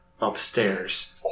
Upstairs